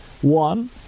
One